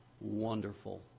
wonderful